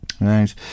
Right